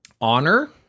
honor